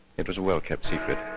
it was a well-kept secret.